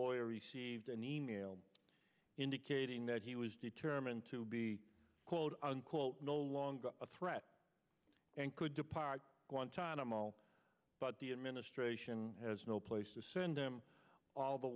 lawyer received an e mail indicating that he was determined to be quote unquote no longer a threat and could depart guantanamo but the administration has no place to send them all the